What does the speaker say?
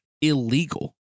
illegal